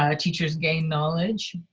ah teachers gained knowledge